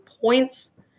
points